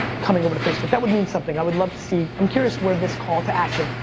coming over to facebook, that would mean something. i would love to see, i'm curious where this call to action,